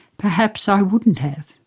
perhaps i wouldn't have.